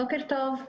בוקר טוב.